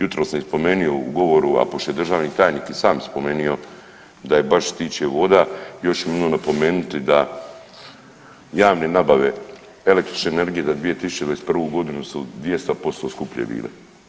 Jutros sam spomenuo u govoru, a pošto je državni tajnik i sam spomenuo da je baš što se tiče voda još jednom napomenuti da javne nabave električne energije za 2021. godinu su 200% skuplje bile.